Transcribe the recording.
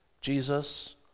Jesus